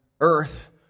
earth